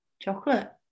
chocolate